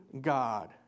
God